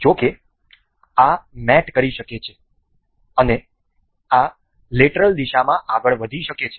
જો કે આ મેટ કરી શકે છે અને આ લેટરલ દિશામાં આગળ વધી શકે છે